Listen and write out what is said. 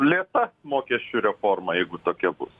lėta mokesčių reforma jeigu tokia bus